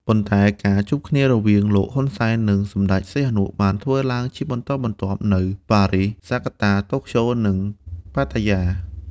ប៉ុន្តែ ការជួបគ្នារវាង លោក ហ៊ុនសែន និងសម្តេច សីហនុ បានធ្វើឡើងជាបន្តបន្ទាប់នៅ ប៉ារីស ហ្សាកាតា តូក្យូ និង ប៉ាតាយា។